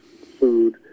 food